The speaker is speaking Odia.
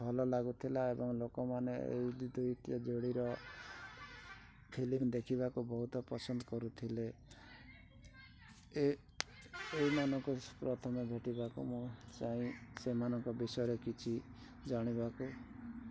ଭଲ ଲାଗୁଥିଲା ଏବଂ ଲୋକମାନେ ଏଇ ଦ୍ଵିତୀୟ ଯୋଡ଼ିର ଫିଲ୍ମ ଦେଖିବାକୁ ବହୁତ ପସନ୍ଦ କରୁଥିଲେ ଏଇମାନଙ୍କୁ ପ୍ରଥମେ ଭେଟିବାକୁ ମୁଁ ଚାହିଁ ସେମାନଙ୍କ ବିଷୟରେ କିଛି ଜାଣିବାକୁ